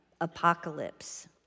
apocalypse